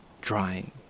drying